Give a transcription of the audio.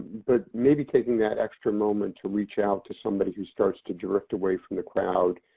but maybe taking that extra moment to reach out to somebody who starts to drift away from the crowd.